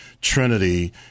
Trinity